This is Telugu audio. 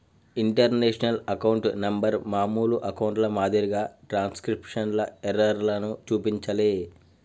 ఇంటర్నేషనల్ అకౌంట్ నంబర్ మామూలు అకౌంట్ల మాదిరిగా ట్రాన్స్క్రిప్షన్ ఎర్రర్లను చూపించలే